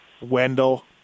Wendell